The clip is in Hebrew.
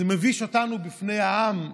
זה מבייש אותנו בפני העם,